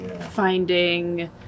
finding